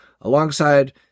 alongside